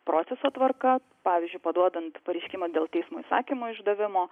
proceso tvarka pavyzdžiui paduodant pareiškimą dėl teismo įsakymo išdavimo